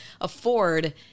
afford